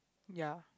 ya